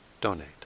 donate